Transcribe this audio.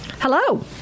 Hello